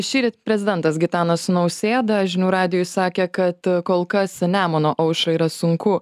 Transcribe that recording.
šįryt prezidentas gitanas nausėda žinių radijui sakė kad kol kas nemuno aušrai yra sunku